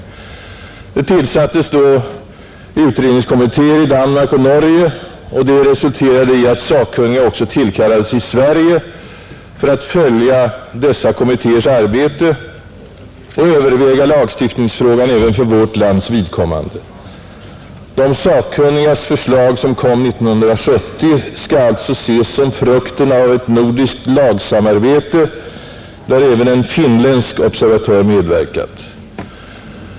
Det tillsattes då utredningskommittéer i Danmark och Norge, och detta resulterade i att sakkunniga också tillkallades i Sverige för att följa dessa kommittéers arbete och överväga lagstiftningsfrågan även för vårt lands vidkommande, De sakkunnigas förslag som kom 1970 skall alltså ses som frukten av ett nordiskt lagsamarbete, där även en finländsk observatör medverkat.